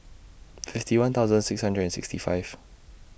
fifty one thousand six hundred and sixty five